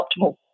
optimal